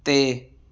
ਅਤੇ